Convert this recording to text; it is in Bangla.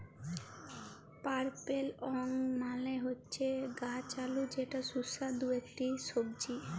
পার্পেল য়ং মালে হচ্যে গাছ আলু যেটা সুস্বাদু ইকটি সবজি